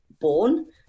born